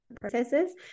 processes